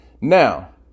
Now